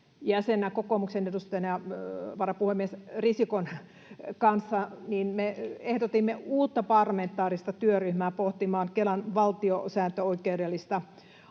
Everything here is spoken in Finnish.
jäsenenä kokoomuksen edustajana varapuhemies Risikon kanssa — niin me ehdotimme uutta parlamentaarista työryhmää pohtimaan Kelan valtiosääntöoikeudellista